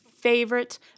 favorite